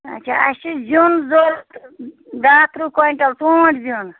اچھا اَسہِ چھُ زیُن ضروٗرت دَہ ترٛہ کوینٹَل پانژھ زیُن